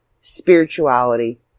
spirituality